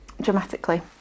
dramatically